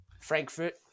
Frankfurt